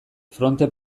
fronte